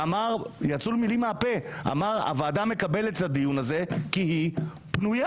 ואמר יצאו לו מילים מהפה הוועדה מקבלת את הדיון הזה כי היא פנויה.